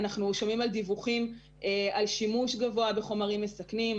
אנחנו שומעים דיווחים על שימוש גבוה בחומרים מסכנים,